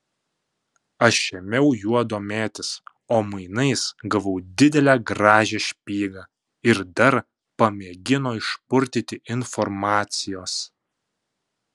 aš ėmiau juo domėtis o mainais gavau didelę gražią špygą ir dar pamėgino išpurtyti informacijos